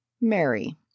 mary